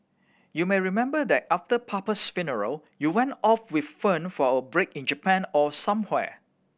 you may remember that after papa's funeral you went off with Fern for a break in Japan or somewhere